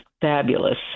fabulous